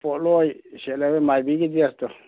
ꯄꯣꯠꯂꯣꯏ ꯁꯦꯠꯂꯒ ꯃꯥꯏꯕꯤꯒꯤ ꯗ꯭ꯔꯦꯁꯇꯣ